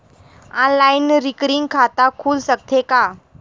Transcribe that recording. Online recurring खाता खुल सकथे का?